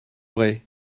vrai